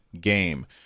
game